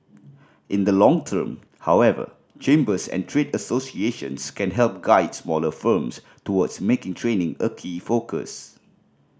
in the long term however chambers and trade associations can help guide smaller firms towards making training a key focus